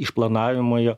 išplanavimą jo